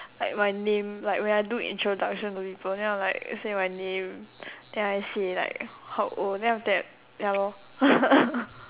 like my name like when I do introduction to people then I'm like say my name then I say like how old then after that ya lor